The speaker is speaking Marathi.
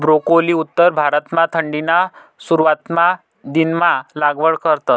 ब्रोकोली उत्तर भारतमा थंडीना सुरवातना दिनमा लागवड करतस